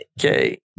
Okay